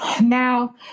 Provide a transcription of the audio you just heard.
Now